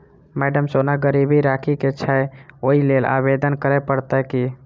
Madam सोना गिरबी राखि केँ छैय ओई लेल आवेदन करै परतै की?